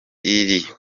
iri